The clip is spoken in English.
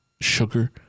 sugar